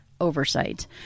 Oversight